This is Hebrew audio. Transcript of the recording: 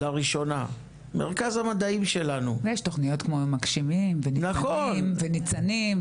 יש תוכניות כמו "מגשימים" ו"ניצנים",